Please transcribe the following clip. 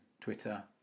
Twitter